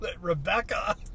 Rebecca